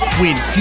win